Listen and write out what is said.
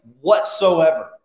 whatsoever